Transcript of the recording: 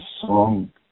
song